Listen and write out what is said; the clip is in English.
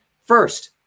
First